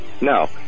No